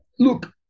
Look